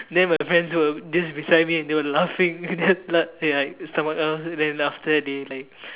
then my friends were just beside me and they were were laughing and then ya then after that they like